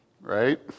Right